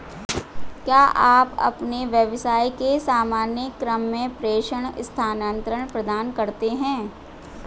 क्या आप अपने व्यवसाय के सामान्य क्रम में प्रेषण स्थानान्तरण प्रदान करते हैं?